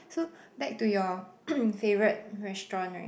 so back to your favourite restaurant right